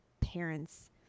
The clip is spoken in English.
parents